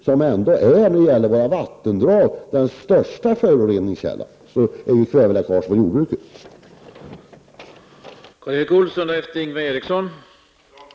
När det gäller våra vattendrag är ju kväveläckagen i jordbruket den största föroreningskällan.